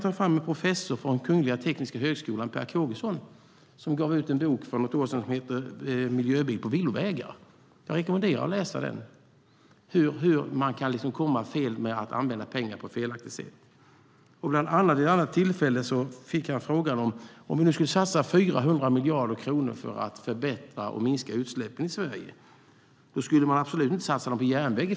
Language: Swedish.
Per Kågeson, professor vid Kungliga Tekniska högskolan, gav för något år sedan ut en bok med titeln Miljöbil på villovägar . Jag rekommenderar er att läsa den. Han visar hur fel man kan hamna genom att använda pengarna på ett felaktigt sätt. Vid ett tillfälle fick han frågan vad som vore effektivt om vi satsade 400 miljarder kronor till att förbättra och minska utsläppen i Sverige. Han ansåg att vi i första hand inte skulle satsa dem på järnväg.